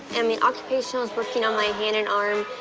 and the occupational's working on my hand and arm,